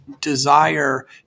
desire